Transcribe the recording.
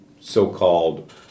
so-called